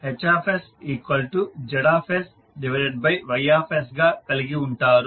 మీరు H Z Y గా కలిగి ఉంటారు